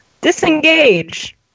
disengage